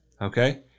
okay